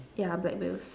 yeah black wheels